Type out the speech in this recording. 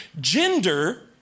gender